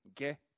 okay